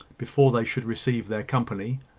before they should receive their company.